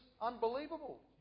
unbelievable